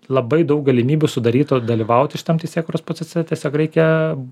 labai daug galimybių sudarytų dalyvauti šitam teisėkūros procese tiesiog reikia